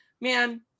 man